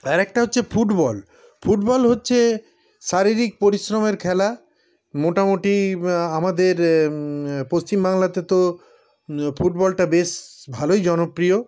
আরেকটা হচ্ছে football football হচ্ছে শারীরিক পরিশ্রমের খেলা মোটামুটি আমাদের পশ্চিমবাংলাতে তো ফুটবলটা বেশ ভালোই জনপ্রিয়